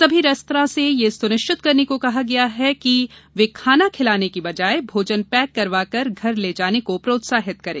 सभी रेस्तरां से यह सुनिश्चित करने को कहा गया है कि रेस्तरां में खाना खिलाने के बजाय भोजन पैक करवाकर घर ले जाने को प्रोत्साहित करें